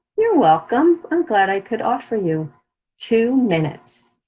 you're welcome, i'm glad i could offer you two minutes.